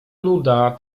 nuda